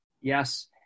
Yes